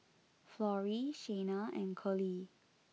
Florrie Shayna and Colie